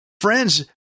Friends